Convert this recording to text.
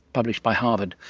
published by harvard,